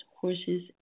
horses